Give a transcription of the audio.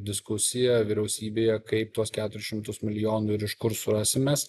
diskusija vyriausybėje kaip tuos keturis šimtus milijonų ir iš kur surasim mes